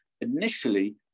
initially